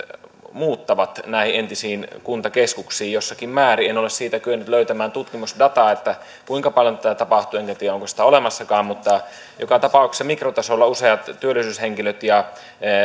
muuttavat näihin entisiin kuntakeskuksiin jossakin määrin en ole siitä kyennyt löytämään tutkimusdataa kuinka paljon tätä tapahtuu enkä tiedä onko sitä olemassakaan mutta joka tapauksessa mikrotasolla useat työllisyyshenkilöt ja